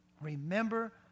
Remember